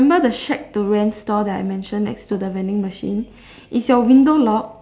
your you remember the shack to rent store that I mentioned next to the vending machine is your window locked